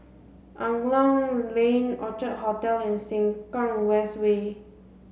Angklong Lane Orchard Hotel and Sengkang West Way